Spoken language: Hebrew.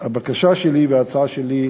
שהבקשה שלי, ההצעה שלי,